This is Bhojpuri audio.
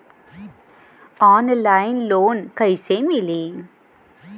ऑनलाइन लोन कइसे मिली?